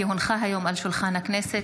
כי הונחה היום על שולחן הכנסת,